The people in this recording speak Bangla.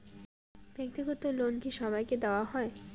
ব্যাক্তিগত লোন কি সবাইকে দেওয়া হয়?